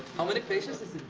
how many pages is